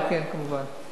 כן, כמובן.